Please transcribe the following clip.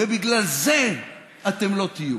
ובגלל זה אתם לא תהיו.